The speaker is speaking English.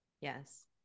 Yes